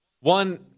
one –